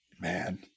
Man